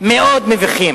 מאוד מביכים.